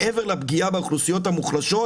מעבר לפגיעה באוכלוסיות המוחלשות,